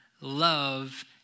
love